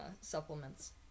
supplements